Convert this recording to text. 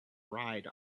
ride